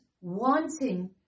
wanting